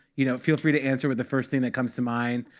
you know feel free to answer with the first thing that comes to mind.